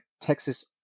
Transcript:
Texas